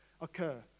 occur